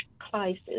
crisis